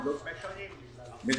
אנו מכירים את הגישה.